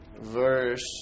Verse